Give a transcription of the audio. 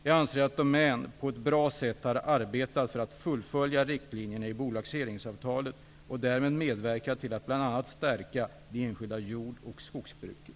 Jag anser därför att Domän på ett bra sätt har arbetat för att fullfölja riktlinjerna i bolagiseringsavtalet och därmed medverkat till att bl.a. stärka det enskilda jord och skogsbruket.